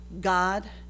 God